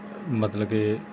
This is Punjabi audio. ਮਤਲਬ ਕਿ